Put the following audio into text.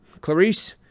Clarice